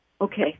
Okay